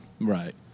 Right